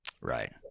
Right